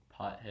pothead